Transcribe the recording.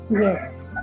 Yes